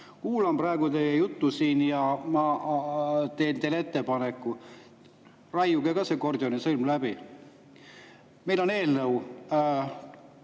Kuulan praegu teie juttu siin ja ma teen teile ettepaneku: raiuge ka see Gordioni sõlm läbi. Meil on eelnõu,